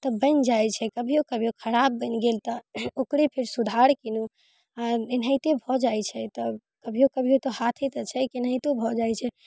तऽ बनि जाइ छै कभियो कभियो खराब बनि गेल तऽ ओकरे फेर सुधार केलहुँ आओर एनाहिते भऽ जाइ छै तऽ कभियो कभियो तऽ हाथे तऽ छै केनाहितो भऽ जाइ छै